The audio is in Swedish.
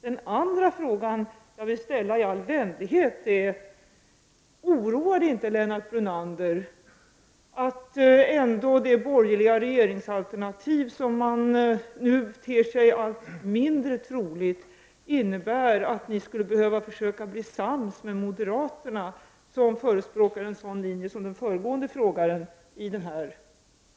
Den andra frågan som jag vill ställa i all vänlighet är: Oroar det inte Lennart Brunander att ett borgerligt regeringsalternativ, som nu ter sig allt mindre troligt, innebär att ni skulle behöva bli sams med moderaterna, vilka förespråkar en sådan linje som den föregående frågeställaren gjorde i den här